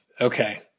Okay